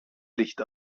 licht